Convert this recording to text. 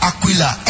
Aquila